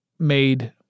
made